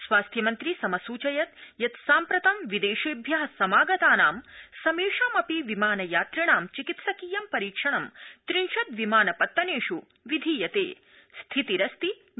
स्वास्थ्यमन्त्री समसृचयत् यत् साम्प्रतं विदेशेभ्य समागतानां समेषयमपि विमान यात्रिणां चिकित्सकीयं परीक्षणं त्रिशत् विमानपत्तनेष् विधीयते स्थितिरस्ति नियन्त्रणाधीना